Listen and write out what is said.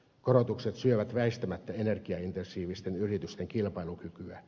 korotukset syövät väistämättä energiaintensiivisten yritysten kilpailukykyä